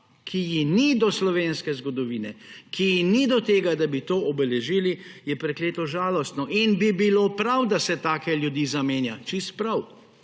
ki ji ni do slovenske zgodovine, ki ji ni do tega, da bi to obeležili, je prekleto žalostno in bi bilo prav, da se take ljudi zamenja. Čisto prav.